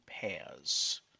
pairs